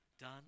done